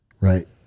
right